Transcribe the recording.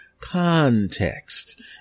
Context